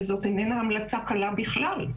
וזאת איננה המלצה קלה בכלל.